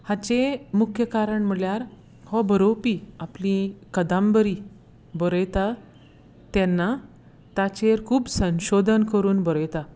हाचें मुख्य कारण म्हणल्यार हो बरोवपी आपली कादंबरी बरयता तेन्ना ताचेर खूब संशोधन करून बरयता